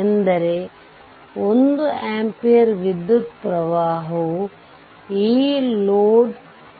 ಎಂದರೆ 1 ಆಂಪಿಯರ್ ವಿದ್ಯುತ್ ಪ್ರವಾಹವು ಈ ಲೋಡ್